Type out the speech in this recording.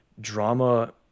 drama